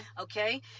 Okay